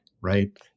right